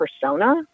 persona